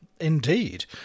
Indeed